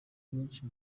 benshi